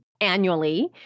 annually